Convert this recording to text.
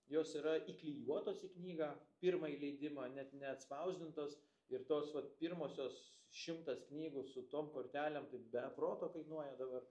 jos yra įklijuotos į knygą pirmąjį leidimą net neatspausdintos ir tos vat pirmosios šimtas knygų su tom kortelėm tai be proto kainuoja dabar